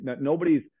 Nobody's